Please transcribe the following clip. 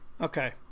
okay